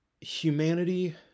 Humanity